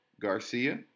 Garcia